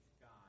God